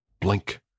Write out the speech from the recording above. blink